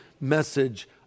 message